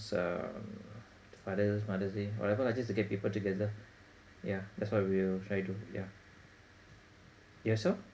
so father's mother's day whatever lah just to get people together ya that's why we will try yourself